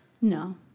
no